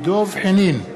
דב חנין,